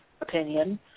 opinion